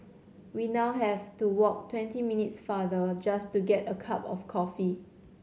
we now have to walk twenty minutes farther just to get a cup of coffee